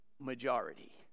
majority